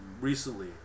recently